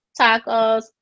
Tacos